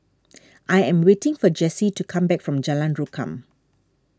I am waiting for Jessi to come back from Jalan Rukam